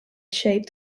shaped